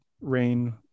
rain